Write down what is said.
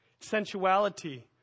sensuality